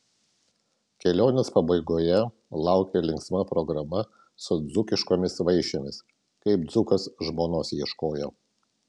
kelionės pabaigoje laukė linksma programa su dzūkiškomis vaišėmis kaip dzūkas žmonos ieškojo